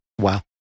Wow